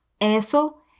eso